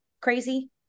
crazy